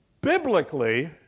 Biblically